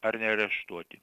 ar neareštuoti